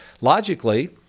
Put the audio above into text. logically